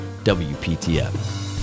WPTF